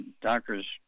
doctors